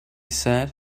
said